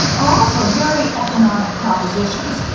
are also very economic propositions.